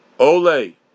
ole